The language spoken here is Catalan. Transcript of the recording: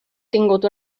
tingut